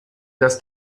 dass